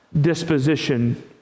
disposition